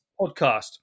podcast